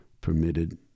permitted